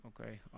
Okay